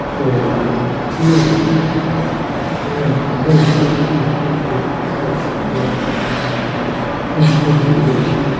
where once surya sprang and so i speak with self-condemning smile in heavy words,